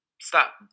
stop